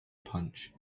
punch